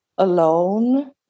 alone